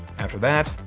after that,